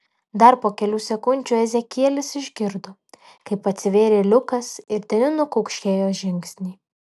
dar po kelių sekundžių ezekielis išgirdo kaip atsivėrė liukas ir deniu nukaukšėjo žingsniai